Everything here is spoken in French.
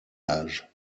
âge